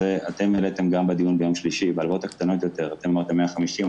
אתם העליתם את זה גם בדיון ביום שלישי אתם אמרתם 150,000,